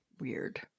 Weird